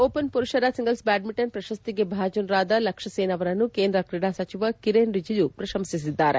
Dutch Open ಪುರುಷರ singles badminton ಪ್ರಶಸ್ತಿಗೆ ಭಾಜನರಾದ ಲಕ್ಷ್ಮಸೇನ್ ಅವರನ್ನು ಕೇಂದ್ರ ಕ್ರೀಡಾ ಸಚಿವ ಕಿರೇನ್ ರಿಜಿಜು ಪ್ರಶಂಸಿಸಿದ್ದಾರೆ